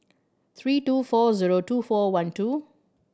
three two four zero two four one two